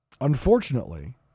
unfortunately